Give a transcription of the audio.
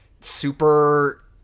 super